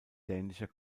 dänischer